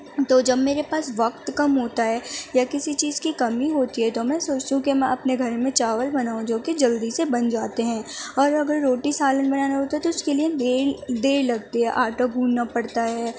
تو جب میرے پاس وقت کم ہوتا ہے یا کسی چیز کی کمی ہوتی ہے تو میں سوچتی ہوں کہ میں اپنے گھر میں چاول بناؤں جو کہ جلدی سے بن جاتے ہیں اور اگر روٹی سالن بنانا ہوتا ہے تو اس کے لیے بیل دیر لگتی ہے آٹا گوندھنا پڑتا ہے